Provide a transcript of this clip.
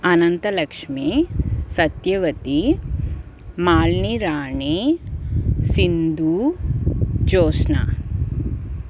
Ananthalakshmi Satyavathi Malini Rani Sindhu Joshna